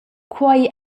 quei